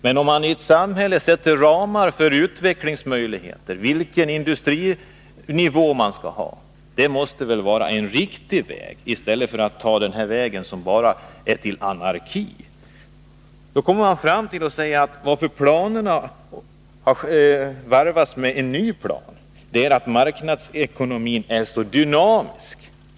Men att i ett samhälle sätta ramar för utvecklingsmöjligheterna, ange vilken industrinivå man skall ha, måste väl vara en riktig väg —- i stället för den väg som bara leder till anarki. Man säger att planerna varvats med en ny plan därför att marknadsekonomin är så dynamisk.